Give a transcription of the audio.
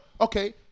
okay